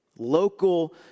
Local